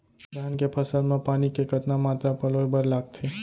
धान के फसल म पानी के कतना मात्रा पलोय बर लागथे?